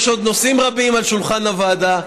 יש עוד נושאים רבים על שולחן הוועדה.